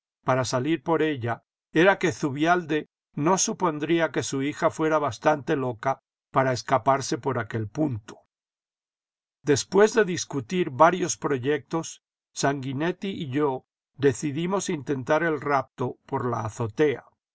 para salir por ella era que zubialde no supondría que su hija fuera bastante loca para escaparse por aquel punto después de discutir varios proyectos sanguinetti y yo decidimos intentar el rapto por la azotea